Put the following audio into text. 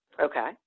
Okay